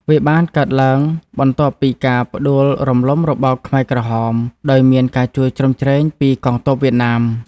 វាបានកើតឡើងបន្ទាប់ពីការផ្ដួលរំលំរបបខ្មែរក្រហម ដោយមានការជួយជ្រោមជ្រែងពីកងទ័ពវៀតណាម ។